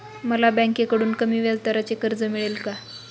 मला बँकेकडून कमी व्याजदराचे कर्ज मिळेल का?